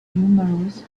numerous